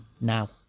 now